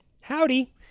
howdy